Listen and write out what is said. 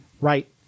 right